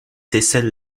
seyssel